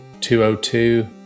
202